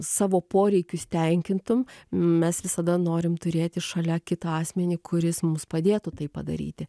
savo poreikius tenkintum mes visada norim turėti šalia kitą asmenį kuris mums padėtų tai padaryti